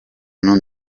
non